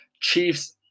Chiefs